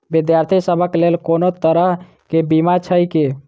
विद्यार्थी सभक लेल कोनो तरह कऽ बीमा छई की?